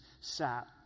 sat